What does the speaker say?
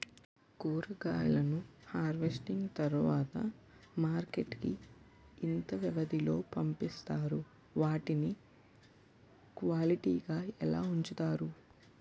కూరగాయలను హార్వెస్టింగ్ తర్వాత మార్కెట్ కి ఇంత వ్యవది లొ పంపిస్తారు? వాటిని క్వాలిటీ గా ఎలా వుంచుతారు?